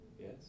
Yes